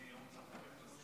אדוני היו"ר,